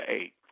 eight